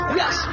yes